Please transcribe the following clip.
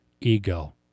ego